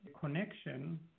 connection